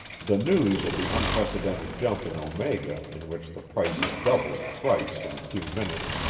the news of the unprecedented jump in omega in which the price had doubled thrice in a few minutes,